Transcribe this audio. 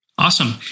Awesome